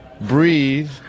Breathe